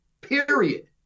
period